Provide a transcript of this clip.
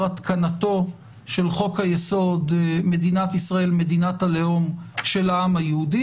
התקנתו של חוק-היסוד: ישראל - מדינת הלאום של העם היהודי,